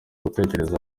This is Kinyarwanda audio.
gutegereza